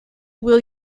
will